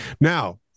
Now